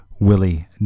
Willie